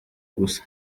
gusa